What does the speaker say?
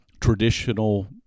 traditional